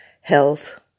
health